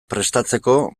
prestatzeko